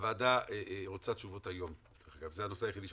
זה אחת.